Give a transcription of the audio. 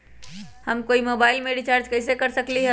हम कोई मोबाईल में रिचार्ज कईसे कर सकली ह?